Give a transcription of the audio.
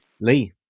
Lee